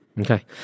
Okay